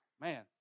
man